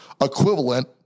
equivalent